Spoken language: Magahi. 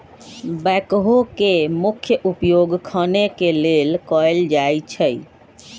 बैकहो के मुख्य उपयोग खने के लेल कयल जाइ छइ